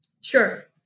Sure